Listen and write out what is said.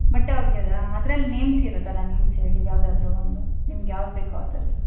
ಬಟ್ಟೆ ಒಗೆಯೋದಾ ಅದರಲ್ಲಿ ನೇಮ್ಸ್ ಇರುತ್ತಲ್ಲ ನೇಮ್ಸ್ ಹೇಳಿ ಯಾವುದಾದ್ರೂ ಒಂದು ನಿಮಗೆ ಯಾವುದು ಬೇಕೋ ಅದರದು